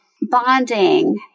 bonding